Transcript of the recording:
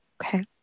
Okay